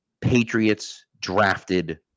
Patriots-drafted